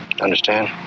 understand